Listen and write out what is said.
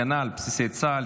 הגנה על בסיסי צה"ל,